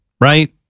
Right